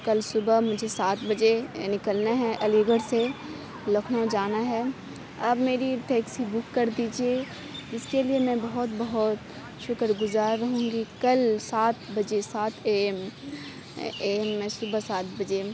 کل صُبح مجھے سات بجے نکلنا ہے علی گڑھ سے لکھنؤ جانا ہے آپ میری ٹیکسی بک کر دیجیے اِس کے لیے میں بہت بہت شُکر گُزار رہوں گی کل سات بجے سات اے ایم اے ایم میں صُبح سات بجے